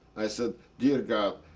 i said, dear god,